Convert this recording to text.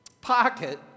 pocket